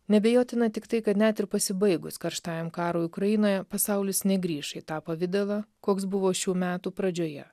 neabejotina tiktai kad net ir pasibaigus karštajam karui ukrainoje pasaulis negrįš į tą pavidalą koks buvo šių metų pradžioje